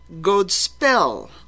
godspell